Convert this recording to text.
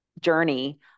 journey